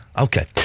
Okay